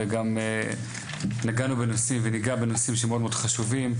וגם נגענו בנושאים וניגע בנושאים שהם מאוד מאוד חשובים,